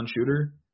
shooter